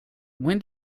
when